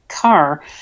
car